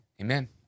Amen